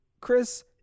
Chris